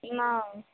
ना